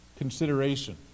Consideration